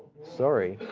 sorry.